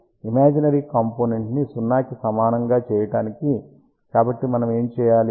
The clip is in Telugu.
కాబట్టి ఇమాజినరీ కాంపోనెంట్ ని 0 కి సమానంగా చేయడానికి కాబట్టి మనం ఏమి చేయాలి